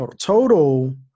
Total